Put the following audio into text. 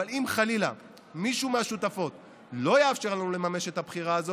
אבל אם חלילה מישהו מהשותפות לא יאפשר לנו לממש את הבחירה הזאת